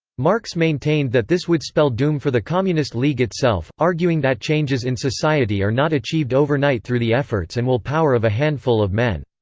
marx maintained that this would spell doom for the communist league itself, arguing that changes in society are not achieved overnight through the efforts and will power of a handful of men.